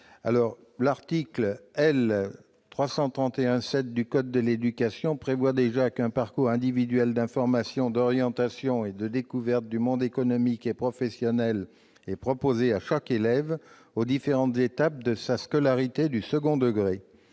l'article L. 331-7 du code de l'éducation prévoit déjà qu'un parcours individuel d'information, d'orientation et de découverte du monde économique et professionnel est proposé à chaque élève aux différentes étapes de sa scolarité du second degré.